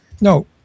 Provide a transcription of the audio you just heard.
No